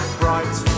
bright